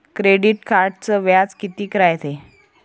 Credit कार्डचं व्याज कितीक रायते?